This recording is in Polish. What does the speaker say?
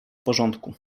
porządku